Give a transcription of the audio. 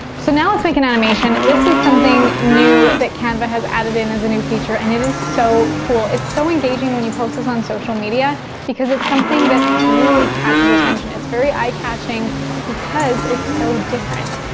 so now let's make an animation. this is something new that canva has added in as a new feature and it is so cool. it's so engaging when you post this on social media because it's something that really catches attention. it's very eye catching because it's so different.